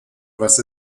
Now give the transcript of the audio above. was